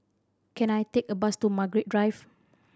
can I take a bus to Margaret Drive